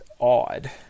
Odd